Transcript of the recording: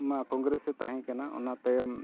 ᱢᱟ ᱠᱚᱝᱜᱨᱮᱥᱮ ᱛᱟᱦᱮᱸ ᱠᱟᱱᱟ ᱚᱱᱟᱛᱟᱭᱚᱢ